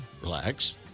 relax